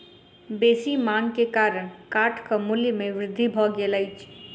बेसी मांग के कारण काठक मूल्य में वृद्धि भ गेल अछि